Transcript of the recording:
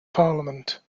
parliament